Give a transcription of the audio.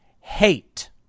hate